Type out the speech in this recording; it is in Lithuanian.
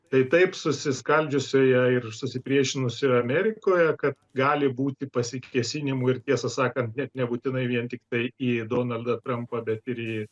tai taip susiskaldžiusioje ir susipriešinusioje amerikoje kad gali būti pasikėsinimų ir tiesą sakant net nebūtinai vien tiktai į donaldą trampą bet ir į